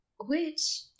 Which-